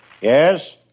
Yes